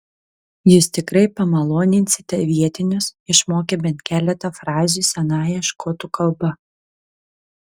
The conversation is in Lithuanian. jūs tikrai pamaloninsite vietinius išmokę bent keletą frazių senąją škotų kalba